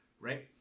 Right